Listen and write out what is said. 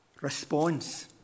response